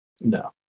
No